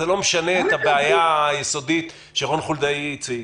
זה לא משנה את הבעיה היסודית שרון חולדאי הציג.